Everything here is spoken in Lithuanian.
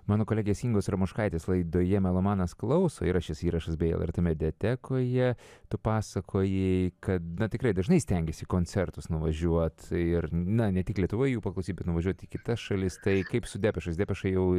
mano kolegės ingos armoškaitės laidoje melomanas klauso yra šis įrašas bei lrt mediatekoje tu pasakojai kad na tikrai dažnai stengiesi į koncertus nuvažiuoti ir na ne tik lietuvoj jų paklausyti bet nuvažiuot į kitas šalis tai kaip su depešais depešai jau